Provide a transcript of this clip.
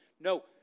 No